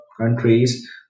countries